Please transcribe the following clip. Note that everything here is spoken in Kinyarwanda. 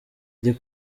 uri